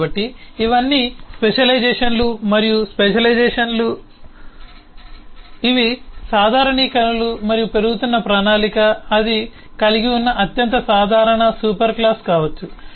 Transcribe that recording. కాబట్టి ఇవన్నీ స్పెషలైజేషన్లు మరియు ఇవి స్పెషలైజేషన్లు మరియు ఇవి సాధారణీకరణలు మరియు పెరుగుతున్న ప్రణాళిక అది కలిగి ఉన్న అత్యంత సాధారణ సూపర్ క్లాస్ కావచ్చు